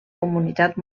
comunitat